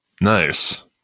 Nice